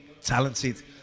talented